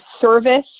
service